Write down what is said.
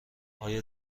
آیا